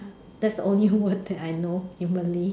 that's only word that I know in Malay